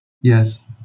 Yes